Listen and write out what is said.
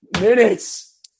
minutes